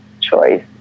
choice